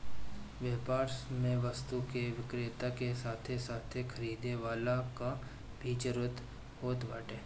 व्यापार में वस्तु के विक्रेता के साथे साथे खरीदे वाला कअ भी जरुरत होत बाटे